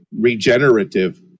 regenerative